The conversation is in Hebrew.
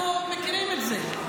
אנחנו מכירים את זה.